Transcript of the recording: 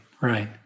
Right